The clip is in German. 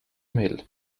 mail